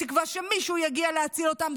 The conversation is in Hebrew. בתקווה שמישהו יגיע להציל אותם,